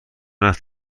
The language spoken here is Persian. است